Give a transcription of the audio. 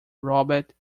robert